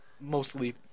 Mostly